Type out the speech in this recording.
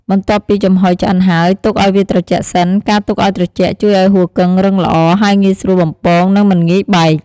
បន្ទាប់ពីចំហុយឆ្អិនហើយ ទុកឱ្យវាត្រជាក់សិន ការទុកឱ្យត្រជាក់ជួយឱ្យហ៊ូគឹងរឹងល្អ ហើយងាយស្រួលបំពង និងមិនងាយបែក។